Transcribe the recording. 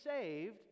saved